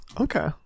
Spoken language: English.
okay